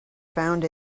found